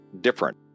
different